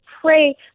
pray